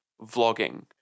vlogging